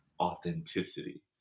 authenticity